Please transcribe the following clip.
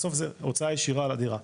בסוף זה הוצאה ישירה על הדירה.